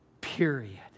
period